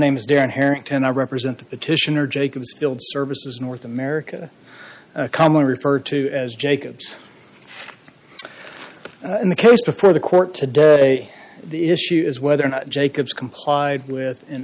name is dan harrington i represent the petitioner jacobs field services north america common referred to as jacobs in the case before the court today the issue is whether or not jacobs complied with an